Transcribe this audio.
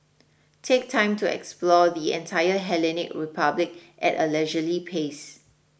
take time to explore the entire Hellenic Republic at a leisurely pace